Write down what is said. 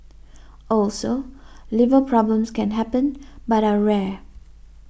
also liver problems can happen but are rare